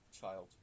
child